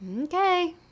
Okay